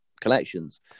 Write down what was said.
collections